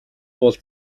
бол